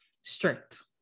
strict